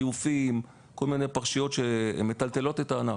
כמו זיופים וכול מיני פרשיות שמטלטלות את הענף,